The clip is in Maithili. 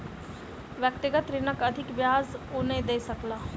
व्यक्तिगत ऋणक अधिक ब्याज ओ नै दय सकला